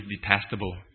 detestable